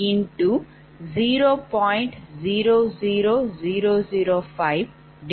0000520